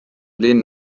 linn